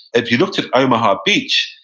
if you looked at omaha beach,